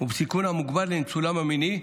ובסיכון המוגבר לניצולם המיני.